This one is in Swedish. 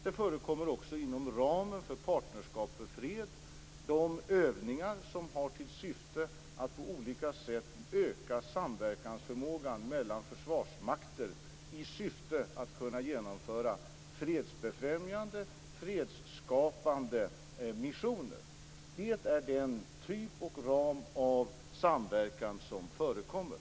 Det förekommer också inom ramen för Partnerskap för fred övningar som har till syfte att på olika sätt öka samverkansförmågan mellan försvarsmakter för att man skall kunna genomföra fredsbefrämjande och fredsskapande missioner. Det är den typ av samverkan som förekommer.